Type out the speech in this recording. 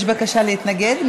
יש בקשה להתנגד?